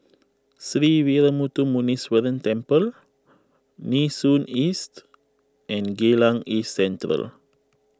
Sree Veeramuthu Muneeswaran Temple Nee Soon East and Geylang East Central